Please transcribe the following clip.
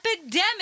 epidemic